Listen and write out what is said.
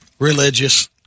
religious